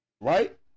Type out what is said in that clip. Right